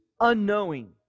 unknowing